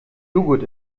joghurt